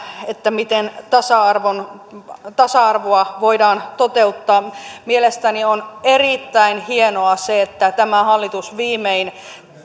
miten tasa arvoa voidaan toteuttaa mielestäni on erittäin hienoa se että tämä hallitus viimein